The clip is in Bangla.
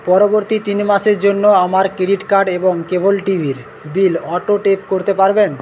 পরবর্তী তিনমাসের জন্য আমার ক্রেডিট কার্ড এবং কেবল টিভির বিল অটো টেপ করতে পারবেন